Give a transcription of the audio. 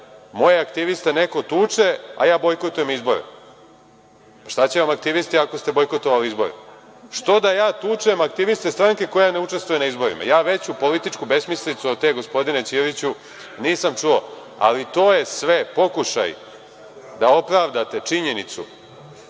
moje aktiviste neko tuče, a ja bojkotujem izbore. Šta će vam aktivisti ako ste bojkotovali izbore? Što da ja tučem aktiviste stranke koja ne učestvuje na izborima. Ja veću političku besmislicu od te, gospodine Ćiriću, nisam čuo. Ali, to je sve pokušaj da opravdate činjenicu